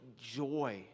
joy